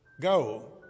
Go